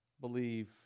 believe